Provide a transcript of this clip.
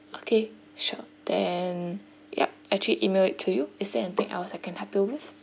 okay sure then yup actually email it to you is there anything else I can help you with